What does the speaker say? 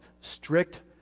strict